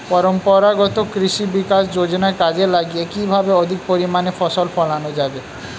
পরম্পরাগত কৃষি বিকাশ যোজনা কাজে লাগিয়ে কিভাবে অধিক পরিমাণে ফসল ফলানো যাবে?